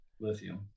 lithium